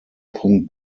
punkt